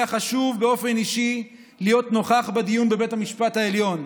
היה חשוב להיות נוכח בדיון בבית המשפט העליון,